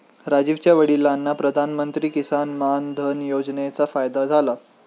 राजीवच्या वडिलांना प्रधानमंत्री किसान मान धन योजनेचा फायदा झाला